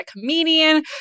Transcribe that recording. comedian